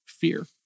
fear